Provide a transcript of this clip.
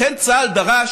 לכן צה"ל דרש,